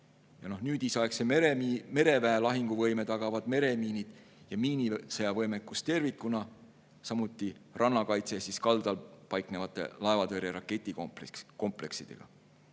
Nüüdisaegse mereväe lahinguvõime tagavad meremiinid ja miinisõjavõime tervikuna, samuti rannakaitse kaldal paiknevate laevatõrje raketikompleksidega.